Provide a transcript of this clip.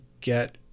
get